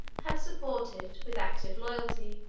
had supported, with active loyalty,